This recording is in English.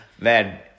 Man